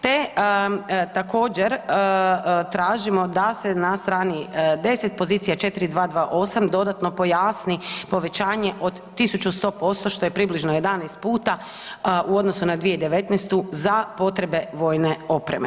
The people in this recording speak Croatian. Te, također tražimo da se na strani 10, pozicija 4228 dodatno pojasni povećanje od 1100%, što je približno 11 puta u odnosu na 2019. za potrebe vojne opreme.